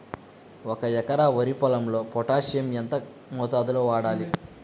ఒక ఎకరా వరి పొలంలో పోటాషియం ఎంత మోతాదులో వాడాలి?